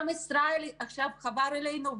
גם ישראל וייס חבר אלינו עכשיו,